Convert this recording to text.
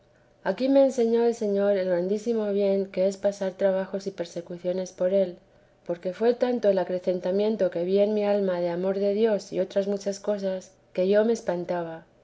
aquí me enseñó el señor el grandísimo bien que es pasar trabajos y persecuciones por él porque fué tanto el acrecentamiento que vi en mi alma de amor de dios y otras muchas cosas que yo me espantaba